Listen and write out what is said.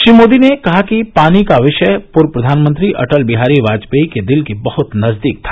श्री मोदी ने कहा कि पानी का विषय पूर्व प्रधानमंत्री अटल बिहारी वाजपेयी के दिल के बहुत नजदीक था